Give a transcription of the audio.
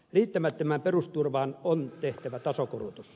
riittämättömään perusturvaan on tehtävä tasokorotus